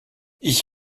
ich